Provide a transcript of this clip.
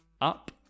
up